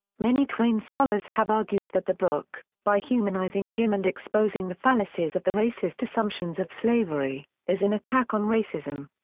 many twain scholars have argued that the book, by humanizing jim and exposing the fallacies of the racist assumptions of slavery, is an attack on racism.